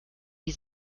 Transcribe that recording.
die